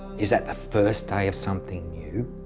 is that the first day of something new?